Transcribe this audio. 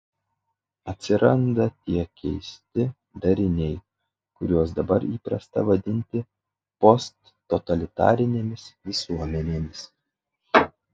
atsiranda tie keisti dariniai kuriuos dabar įprasta vadinti posttotalitarinėmis visuomenėmis